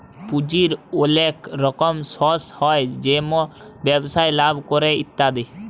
পুঁজির ওলেক রকম সর্স হ্যয় যেমল ব্যবসায় লাভ ক্যরে ইত্যাদি